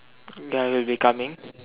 guy will be coming